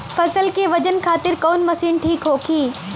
फसल के वजन खातिर कवन मशीन ठीक होखि?